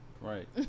right